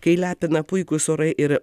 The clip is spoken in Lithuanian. kai lepina puikūs orai ir